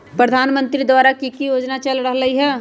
प्रधानमंत्री द्वारा की की योजना चल रहलई ह?